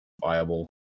viable